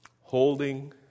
Holding